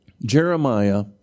Jeremiah